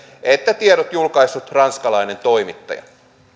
että tiedot julkaissut ranskalainen toimittaja